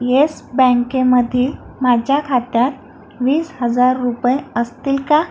yes बँकेमधील माझ्या खात्यात वीस हजार रुपये असतील का